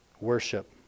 worship